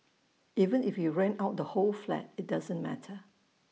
even if you rent out the whole flat IT doesn't matter